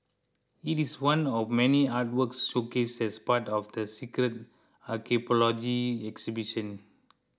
it is one of many artworks showcased as part of the Secret Archipelago exhibition